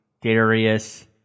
Darius